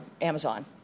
Amazon